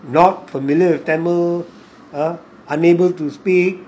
not familiar with tamil ah unable to speak